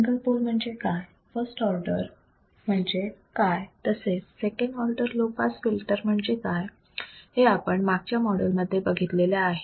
single pole म्हणजे काय first order म्हणजे काय तसेच second order low pass filter म्हणजे काय हे आपण मागच्या माॅड्यूल मध्ये बघितलेले आहे